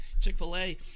Chick-fil-A